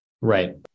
Right